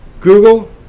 Google